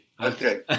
Okay